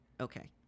okay